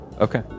Okay